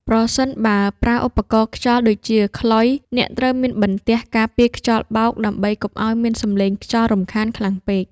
ប្រសិនបើប្រើឧបករណ៍ខ្យល់ដូចជាខ្លុយ អ្នកត្រូវមានបន្ទះការពារខ្យល់បោក ដើម្បីកុំឱ្យមានសំឡេងខ្យល់រំខានខ្លាំងពេក។